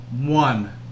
One